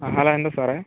ആ ഹലോ എന്താ സാറേ